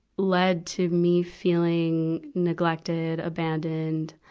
led to me feeling neglected, abandoned,